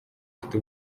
afite